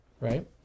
Right